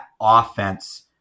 offense